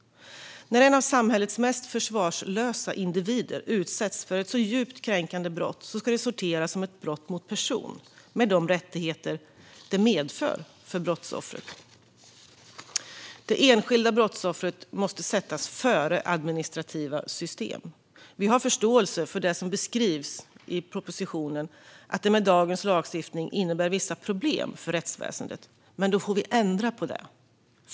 När en av samhällets mest försvarslösa individer utsätts för ett så djupt kränkande brott ska det sortera som brott mot person, med de rättigheter det medför för brottsoffret. Det enskilda brottsoffret måste sättas före administrativa system. Vi har förståelse för det som beskrivs i propositionen - att detta med dagens lagstiftning innebär vissa problem för rättsväsendet - men då får vi ändra på det.